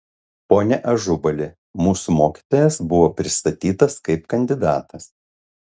pone ažubali mūsų mokytojas buvo pristatytas kaip kandidatas